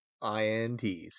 INTs